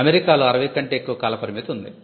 అమెరికాలో 60 కంటే ఎక్కువ కాల పరిమితి ఉంది